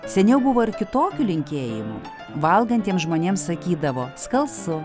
seniau buvo ir kitokių linkėjimų valgantiems žmonėms sakydavo skalsu